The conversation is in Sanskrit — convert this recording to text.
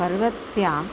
पर्वत्या